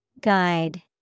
Guide